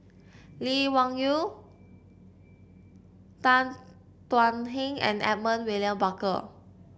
Lee Wung Yew Tan Thuan Heng and Edmund William Barker